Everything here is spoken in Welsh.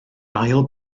ail